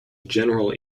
general